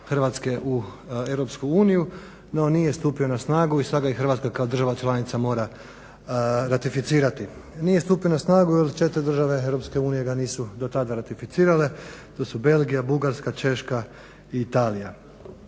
Hrvatske u Europsku uniju no nije stupio na snagu i sad ga Hrvatska kao država članica mora ratificirati. Nije stupio na snagu jer četiri države Europske unije ga nisu do tada ratificirale. To su Belgija, Bugarska, Češka i Italija.